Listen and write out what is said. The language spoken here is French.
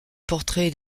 portrait